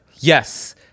Yes